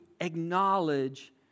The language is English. acknowledge